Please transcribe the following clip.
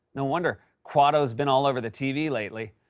no wonder kuato's been all over the tv lately.